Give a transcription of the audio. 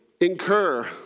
incur